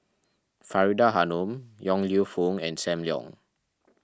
Faridah Hanum Yong Lew Foong and Sam Leong